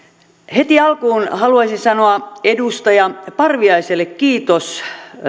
heti alkuun haluaisin sanoa edustaja parviaiselle kiitoksen